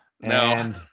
No